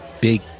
big